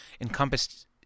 encompassed